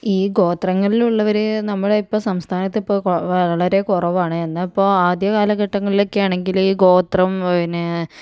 ഈ ഗോത്രങ്ങളിലുള്ളവര് നമ്മുടെ ഇപ്പം സംസ്ഥാനത്ത് ഇപ്പോൾ വളരെ കുറവാണ് എന്നാൽ ഇപ്പോൾ ആദ്യകാലഘട്ടങ്ങളിലൊക്കെ ആണെങ്കില് ഗോത്രം പിന്നെ